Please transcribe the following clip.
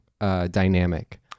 dynamic